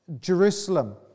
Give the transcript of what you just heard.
Jerusalem